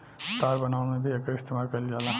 तार बनावे में भी एकर इस्तमाल कईल जाला